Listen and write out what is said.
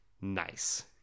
nice